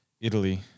Italy